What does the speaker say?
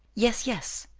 yes, yes,